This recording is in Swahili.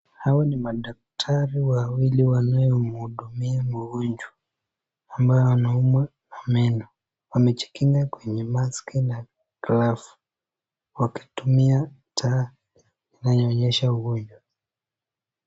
Hawa ni madaktari wawili wanao muudumia mgonjwa ambaye anaumwa na meno. Amejikinga kwenye Mask na [gloves] akitumia taa inayo onyesha ugonjwa.